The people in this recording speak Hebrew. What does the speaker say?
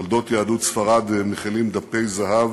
תולדות יהדות ספרד מכילות דפי זהב